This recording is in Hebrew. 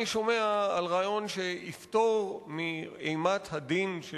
אני שומע על רעיון שיפתור מאימת הדין של